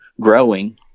growing